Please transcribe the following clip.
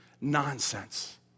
nonsense